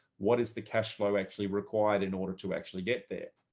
what is the cash flow actually required in order to actually get there.